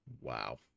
Wow